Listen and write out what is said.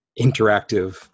interactive